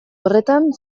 horretan